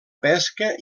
pesca